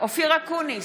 אופיר אקוניס,